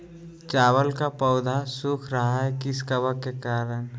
चावल का पौधा सुख रहा है किस कबक के करण?